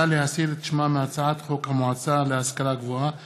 להסיר את שמה מהצעת חוק המועצה להשכלה גבוהה (תיקון,